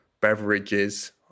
beverages